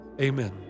amen